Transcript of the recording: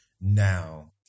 now